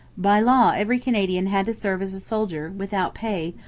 by law every canadian had to serve as a soldier, without pay,